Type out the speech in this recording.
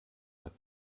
hat